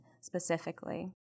specifically